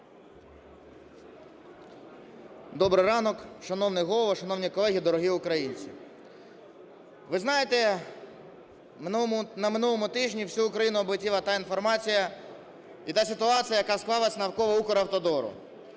Добрий ранок шановний Голово, шановні колеги, дорогі українці! Ви знаєте, на минулому тижні всю Україну облетіла та інформація і та ситуація, яка склалася навколо Укравтодору.